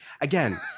Again